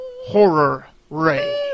horror-ray